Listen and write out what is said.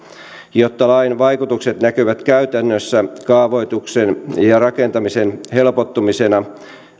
jotta lain vaikutukset näkyvät käytännössä kaavoituksen ja rakentamisen helpottumisena